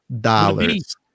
dollars